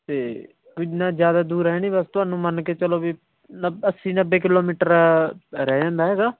ਅਤੇ ਇੰਨਾ ਜ਼ਿਆਦਾ ਦੂਰ ਆਉਣ ਵਾਸਤੇ ਤੁਹਾਨੂੰ ਮੰਨ ਕੇ ਚੱਲੋ ਵੀ ਨੱ ਅੱਸੀ ਨੱਬੇ ਕਿਲੋਮੀਟਰ ਰਹਿ ਜਾਂਦਾ ਹੈਗਾ